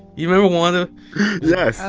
you remember wanda? yeah